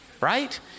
Right